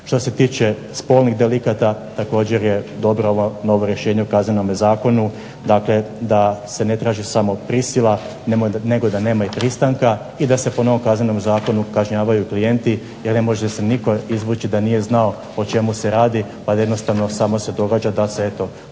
Što se tiče spolnih delikata, također je dobro ovo novo rješenje u KZ da se ne traži samo prisila, nego da nema i pristanka i da se po novom kaznenom zakonu kažnjavaju klijenti jer ne može se nitko izvući da nije znao o čemu se radi, pa da jednostavno samo se događa da se